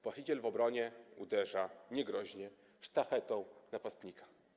Właściciel w obronie uderza niegroźnie sztachetą napastnika.